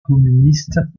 communistes